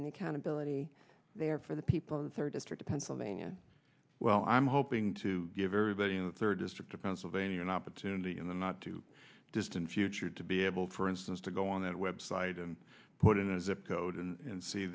and accountability there for the people of the third district pennsylvania well i'm hoping to give everybody in the third district of pennsylvania an opportunity in the not too distant future to be able to for instance to go on that website and put in a zip code and